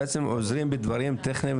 שהם עוזרים בדברים טכניים,